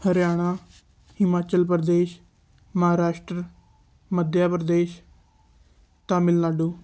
Haryana Himachal Pradesh Maharashtra Madhya Pradesh Tamil Nadu